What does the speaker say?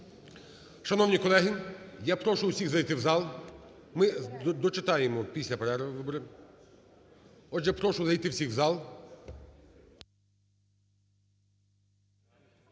Шановні колеги, я прошу всіх зайти в зал.